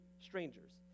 strangers